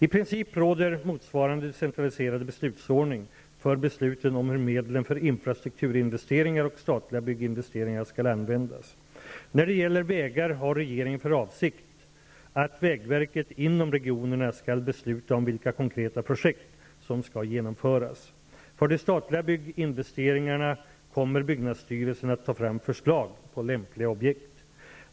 I princip råder motsvarande decentraliserade beslutsordning för besluten om hur medlen för infrastrukturinvesteringar och statliga bygginvesteringar skall användas. När det gäller vägar har regeringen för avsikt att vägverket inom regionerna skall besluta om vilka konkreta projekt som skall genomföras. För de statliga byggnadsinvesteringarna kommer byggnadsstyrelsen att ta fram förslag på lämpliga objekt.